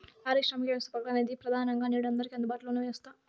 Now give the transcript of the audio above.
పారిశ్రామిక వ్యవస్థాపకత అనేది ప్రెదానంగా నేడు అందరికీ అందుబాటులో ఉన్న వ్యవస్థ